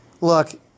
look